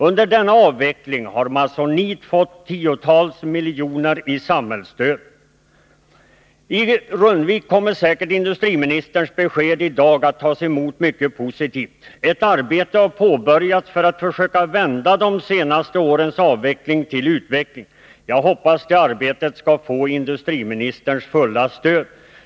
Under denna avveckling har Masonite fått tiotals miljoner i samhällsstöd. I Rundvik kommer säkert industriministerns besked i dag att tas emot mycket positivt. Ett arbete har påbörjats för att försöka vända de senaste årens avveckling till utveckling. Jag hoppas det arbetet skall få industriministerns fulla stöd.